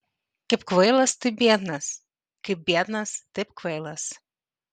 kaip kvailas taip biednas kaip biednas taip kvailas